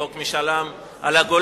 חוק משאל עם על הגולן,